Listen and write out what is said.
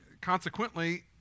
consequently